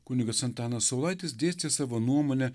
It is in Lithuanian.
kunigas antanas saulaitis dėstė savo nuomonę